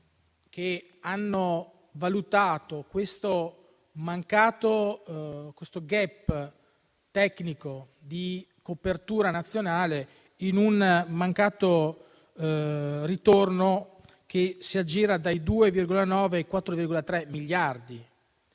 che hanno valutato il *gap* tecnico di copertura nazionale in un mancato ritorno che si aggira tra i 2,9 e i 4,3 miliardi.